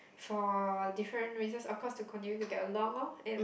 for different races of course to continue to get along lor and